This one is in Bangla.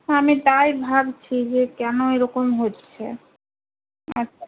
আমি তাই ভাবছি যে কেন এরকম হচ্ছে